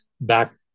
back